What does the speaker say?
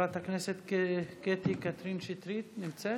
חברת הכנסת קטי קטרין שטרית נמצאת?